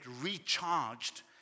recharged